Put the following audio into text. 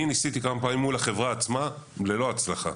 אני ניסיתי כמה פעמים מול החברה עצמה וזה לא עבר בהצלחה,